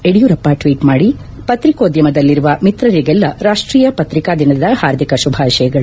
ಯಡಿಯೂರಪ್ಪ ಟ್ನೀಟ್ ಮಾಡಿ ಪತ್ರಿಕೋದ್ಯಮದಲ್ಲಿರುವ ಮಿತ್ರರಿಗೆಲ್ಲ ರಾಷ್ನೀಯ ಪತ್ರಿಕಾ ದಿನದ ಹಾರ್ದಿಕ ಶುಭಾಶಯಗಳು